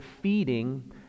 feeding